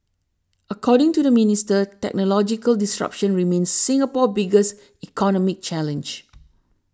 according to the minister technological disruption remains Singapore's biggest economic challenge